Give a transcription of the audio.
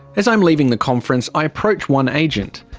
as i'm leaving the conference i approach one agent.